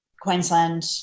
Queensland